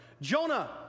Jonah